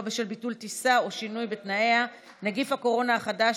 בשל ביטול טיסה או שינוי בתנאיה) (נגיף הקורונה החדש,